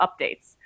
updates